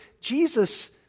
Jesus